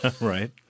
Right